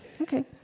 Okay